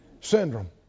syndrome